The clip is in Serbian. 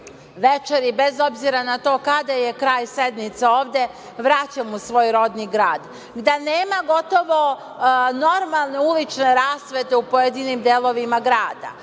večeri, bez obzira na to kada je kraj sednice ovde, vraćam u svoj rodni grad, da nema gotovo normalne ulične rasvete u pojedinim delovima grada,